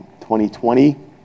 2020